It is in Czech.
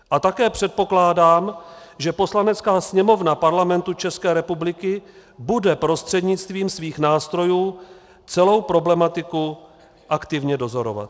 A také předpokládám, že Poslanecká sněmovna Parlamentu České republiky bude prostřednictvím svých nástrojů celou problematiku aktivně dozorovat.